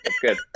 Good